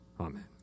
Amen